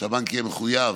שהבנק יהיה מחויב